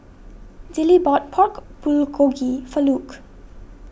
Dillie bought Pork Bulgogi for Luke